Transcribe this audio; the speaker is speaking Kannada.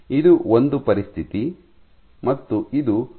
ಇದು ಒಂದು ಪರಿಸ್ಥಿತಿ ಮತ್ತು ಇದು ಮತ್ತೊಂದು ಪರಿಸ್ಥಿತಿ